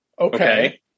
Okay